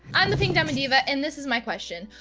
i'm thepinkdiamonddiva, and this is my question.